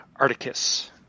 Articus